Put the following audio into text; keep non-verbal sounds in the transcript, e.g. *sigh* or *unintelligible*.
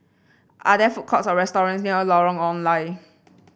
are there food courts or *unintelligible* near Lorong Ong Lye